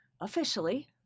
officially